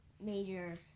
major